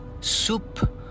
soup